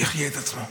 יחיה את עצמו.